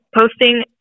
posting